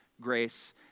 grace